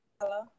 Hello